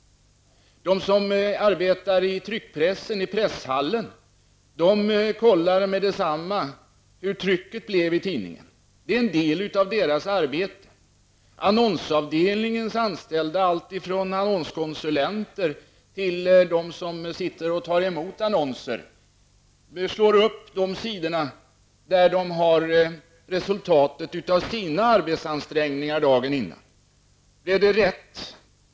De som arbetar med tryckpressen, i presshallen, kollar genast hur trycket blev i tidningen. Det är en del av deras arbete. Annonsavdelningens anställda, alltifrån annonskonsulenterna till dem som sitter och tar emot annonser, slår upp de sidor där de finner resultatet av sina arbetsansträngningar dagen innan. Blev det rätt?